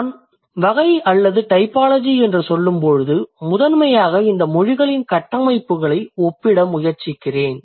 நான் வகை அல்லது டைபாலஜி என்று சொல்லும்போது முதன்மையாக இந்த மொழிகளின் கட்டமைப்புகளை ஒப்பிட முயற்சிக்கிறேன்